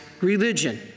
religion